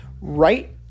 right